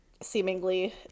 seemingly